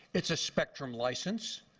it's a spectrum license.